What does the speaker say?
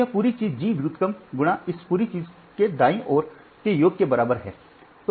तो अब यह पूरी चीज़ G व्युत्क्रम × इस पूरी चीज़ के दायीं ओर के योग के बराबर है